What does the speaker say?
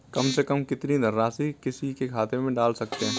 कम से कम कितनी धनराशि किसी के खाते में डाल सकते हैं?